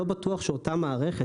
לא בטוח שאותה מערכת,